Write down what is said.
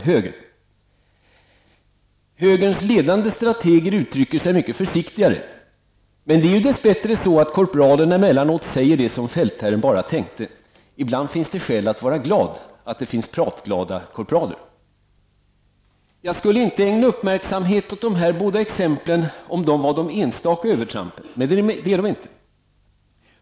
Men det är dess bättre så att korpralerna emellanåt säger det som fältherren bara tänkte. Ibland finns det skäl att vara glad att det finns pratglada korpraler. Jag skulle inte ägna så stor uppmärksamhet åt dessa båda exempel om de vore enstaka övertramp. Men det är de inte.